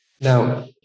Now